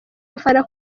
abafana